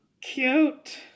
cute